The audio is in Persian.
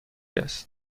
است